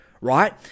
right